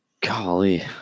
golly